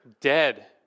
dead